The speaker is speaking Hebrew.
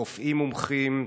רופאים מומחים,